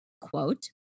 quote